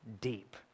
deep